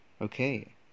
okay